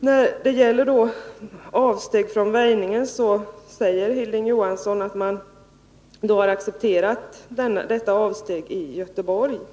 När det gäller frågan om väjning säger Hilding Johansson att man accepterat ett avsteg beträffande Göteborgs stift.